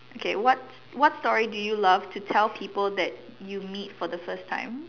okay what what story do you love to tell people that you meet for the first time